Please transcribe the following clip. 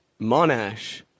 Monash